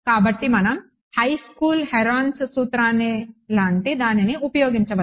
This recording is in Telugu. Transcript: కాబట్టి మనం high school Heron high school Heron's సూత్రాన్ని లాంటి దానిని ఉపయోగించవచ్చు